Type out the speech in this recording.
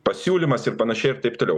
pasiūlymas ir panašiai ir taip toliau